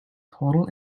total